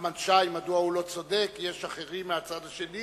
נחמן שי מדוע הוא לא צודק, יש אחרים מהצד השני